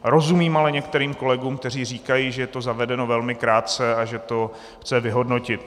Rozumím ale některým kolegům, kteří říkají, že je to zavedeno velmi krátce a že to chce vyhodnotit.